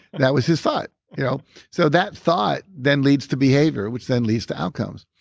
that was his thought you know so that thought then leads to behavior, which then leads to outcomes.